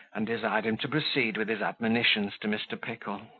and desired him to proceed with his admonitions to mr. pickle.